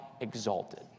exalted